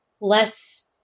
less